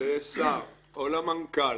לשר או למנכ"ל